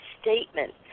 statement